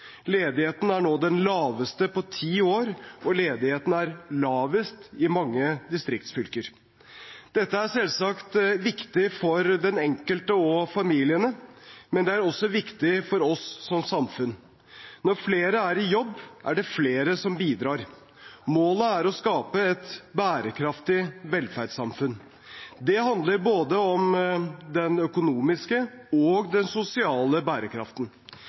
Ledigheten er nå den laveste på ti år, og ledigheten er lavest i mange distriktsfylker. Dette er selvsagt viktig for den enkelte og familiene, men det er også viktig for oss som samfunn. Når flere er i jobb, er det flere som bidrar. Målet er å skape et bærekraftig velferdssamfunn. Det handler om både den økonomiske og den sosiale bærekraften.